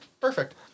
perfect